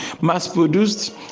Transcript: mass-produced